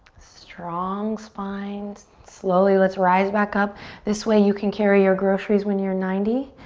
strong spine slowly, let's rise back up this way. you can carry your groceries when you're ninety,